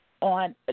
on